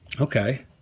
Okay